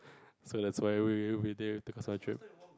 so that's why we we didn't have to our trip